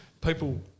people